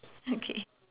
okay